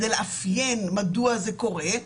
כדי לאפיין מדוע זה קורה.